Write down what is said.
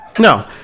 No